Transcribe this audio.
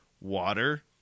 Water